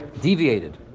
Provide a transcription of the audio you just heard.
deviated